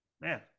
Man